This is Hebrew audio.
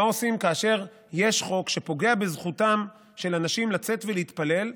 מה עושים כאשר יש חוק שפוגע בזכותם של אנשים לצאת ולהתפלל?